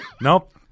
Nope